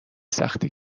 سختی